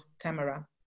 camera